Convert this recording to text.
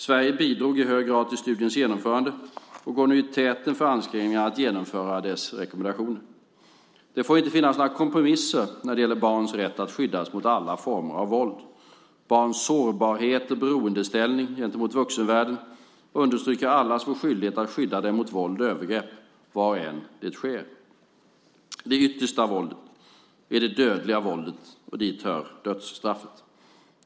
Sverige bidrog i hög grad till studiens genomförande och går nu i täten för ansträngningarna att genomföra dess rekommendationer. Det får inte finnas några kompromisser när det gäller barns rätt att skyddas mot alla former av våld. Barns sårbarhet och beroendeställning gentemot vuxenvärlden understryker allas vår skyldighet att skydda dem mot våld och övergrepp, var än det sker. Det yttersta våldet är det dödliga våldet, och dit hör dödsstraffet.